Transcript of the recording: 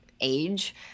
age